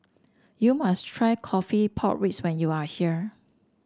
you must try coffee pork when you are here